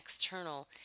external